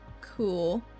cool